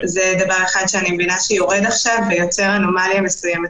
זה דבר שאני מבינה שיורד עכשיו ויוצר אנומליה מסוימת,